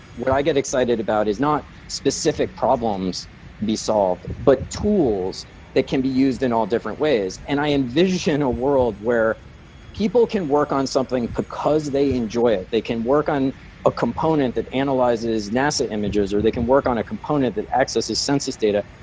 what i get excited about is not specific problems be solved, but tools that can be used in all different ways and i envision a world where people can work on something because they enjoy it. they can work on a component that analyzes nasa images, or they can work on a component that accesses census data,